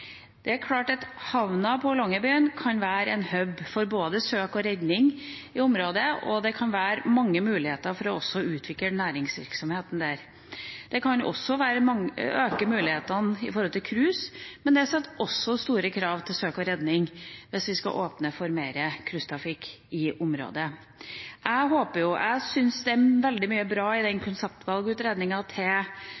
kan være en hub for både søk og redning i området, og det kan være mange muligheter for også å utvikle næringsvirksomheten der. Det kan øke mulighetene for cruise, men det setter også store krav til søk og redning hvis vi skal åpne for mer cruisetrafikk i området. Jeg syns det er veldig mye bra i konseptvalgutredningen som er lagt fram for havn på Svalbard, og jeg håper regjeringa har tenkt å følge opp det også når man diskuterer Nasjonal transportplan. Den